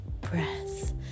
breath